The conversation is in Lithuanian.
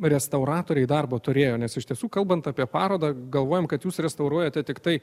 restauratoriai darbo turėjo nes iš tiesų kalbant apie parodą galvojom kad jūs restauruojate tiktai